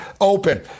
open